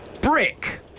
brick